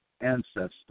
ancestors